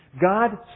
God